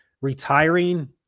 retiring